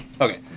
okay